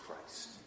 Christ